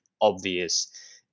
obvious